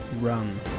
Run